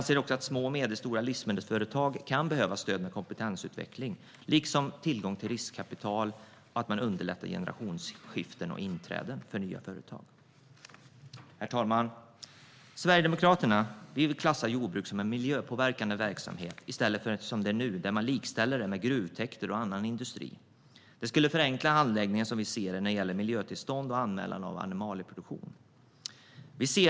Små och medelstora livsmedelsföretag kan behöva stöd med kompetensutveckling. De behöver också tillgång till riskkapital, och man behöver underlätta generationsskiften och inträden för nya företag. Herr talman! Sverigedemokraterna vill klassa jordbruk som miljöpåverkande verksamhet i stället för att, som nu, likställa det med gruvtäkter och annan industri. Detta skulle förenkla handläggningen för miljötillstånd och anmälan av animalieproduktion.